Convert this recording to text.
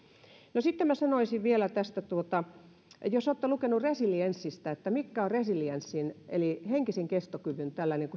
no sitten minä sanoisin vielä jos olette lukeneet resilienssistä että mikä on resilienssissä eli henkisessä kestokyvyssä